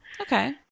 okay